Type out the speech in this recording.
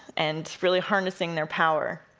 and really harnessing their power,